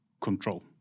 control